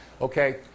Okay